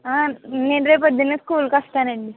ఆ నేను రేపు పొద్దున స్కూల్కు వస్తానండి